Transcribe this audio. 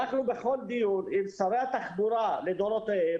אנחנו בכל דיון עם שרי התחבורה לדורותיהם